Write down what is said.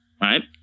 Right